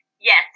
Yes